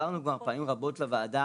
פנינו רבות לוועדה,